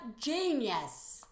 genius